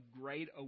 great